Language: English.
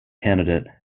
candidate